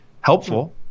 helpful